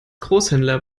großhändler